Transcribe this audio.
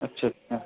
اچھا اچھا